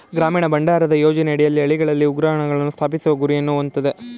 ಗ್ರಾಮೀಣ ಭಂಡಾರಣ ಯೋಜನೆ ಅಡಿಯಲ್ಲಿ ಹಳ್ಳಿಗಳಲ್ಲಿ ಉಗ್ರಾಣಗಳನ್ನು ಸ್ಥಾಪಿಸುವ ಗುರಿಯನ್ನು ಹೊಂದಯ್ತೆ